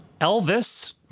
Elvis